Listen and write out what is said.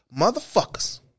motherfuckers